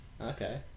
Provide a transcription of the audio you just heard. Okay